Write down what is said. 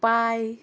पाय